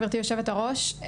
גברתי היושבת-ראש,